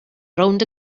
rownd